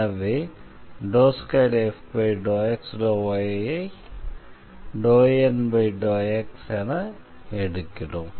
எனவே 2f∂x∂y ஐ ∂N∂x என எடுக்கிறோம்